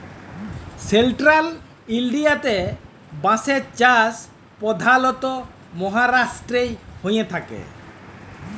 central ইলডিয়াতে বাঁশের চাষ পধালত মাহারাষ্ট্রতেই হঁয়ে থ্যাকে